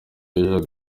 wejo